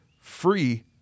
free